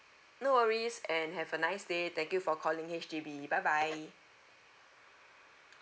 no worries and have a nice day thank you for calling H_D_B bye bye